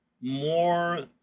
more